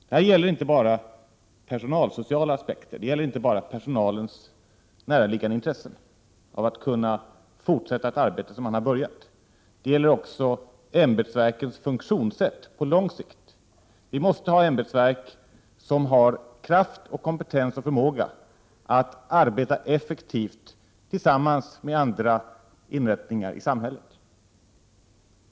Det gäller här inte bara personalsociala aspekter, inte bara personalens närliggande intresse av att kunna fortsätta ett arbete som man har påbörjat, utan det gäller också ämbetsverkets funktionssätt på lång sikt. Vi måste ha ämbetsverk som har kraft, kompetens och förmåga att arbeta effektivt tillsammans med andra inrättningar i samhället.